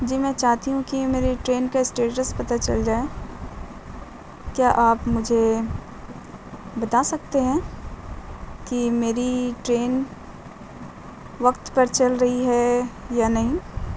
جی میں چاہتی ہوں کہ میری ٹرین کا اسٹیٹس پتا چل جائے کیا آپ مجھے بتا سکتے ہیں کہ میری ٹرین وقت پر چل رہی ہے یا نہیں